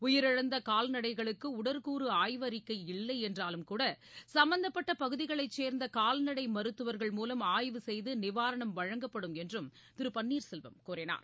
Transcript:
உயிரிழந்த கால்நடைகளுக்கு உடற்கூறு ஆய்வு அறிக்கை இல்லை என்றாலும்கூட சம்பந்தப்பட்ட பகுதிகளை சேர்ந்த கால்நடை மருத்துவர்கள் மூலம் ஆய்வு செய்து நிவாரணம் வழங்கப்படும் என்றும் திரு பன்னீர் செல்வம் கூறினார்